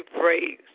praise